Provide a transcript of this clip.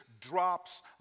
drops